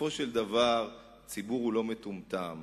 בסופו של דבר הציבור לא מטומטם,